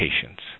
patients